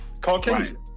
Caucasian